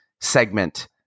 segment